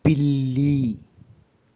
పిల్లి